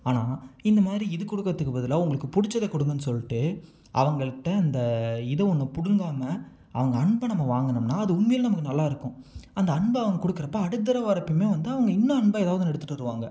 ஆனால் இந்த மாதிரி இது கொடுக்குறதுக்கு பதிலாக உங்களுக்கு பிடிச்சத கொடுங்கன்னு சொல்லிவிட்டு அவங்கள்கிட்ட அந்த இதை ஒன்றை பிடுங்காம அவங்க அன்பை நம்ம வாங்கினோம்னா அது உண்மையில் நமக்கு நல்லாயிருக்கும் அந்த அன்பை அவங்க கொடுக்குறப்ப அடுத்த தடவை வர்றப்பையுமே வந்து அவங்க இன்னும் அன்பா ஏதாவது ஒன்று எடுத்துகிட்டு வருவாங்க